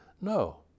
No